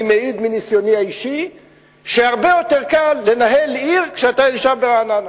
אני מעיד מניסיוני האישי שהרבה יותר קל לנהל עיר כשאתה נשאר ברעננה.